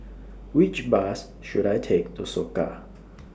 Which Bus should I Take to Soka